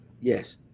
Yes